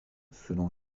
selon